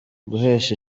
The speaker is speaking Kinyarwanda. guhesha